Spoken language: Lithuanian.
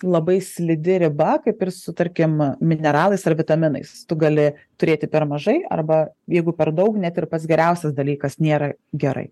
labai slidi riba kaip ir su tarkim mineralais ar vitaminais tu gali turėti per mažai arba jeigu per daug net ir pats geriausias dalykas nėra gerai